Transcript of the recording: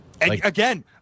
Again